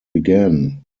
began